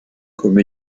comme